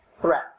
threat